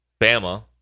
Bama